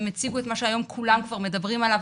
הם הציגו את מה שהיום כולם כבר מדברים עליו,